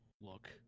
look